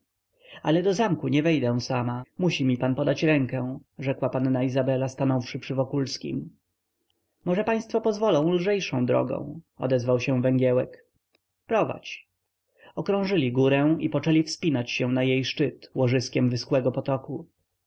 ale do zamku nie wejdę sama musi mi pan podać rękę rzekła panna izabela stanąwszy przy wokulskim może państwo pozwolą lżejszą drogą odezwał się węgiełek prowadź okrążyli górę i poczęli wspinać się na jej szczyt łożyskiem wyschłego potoku